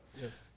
Yes